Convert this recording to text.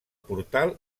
portal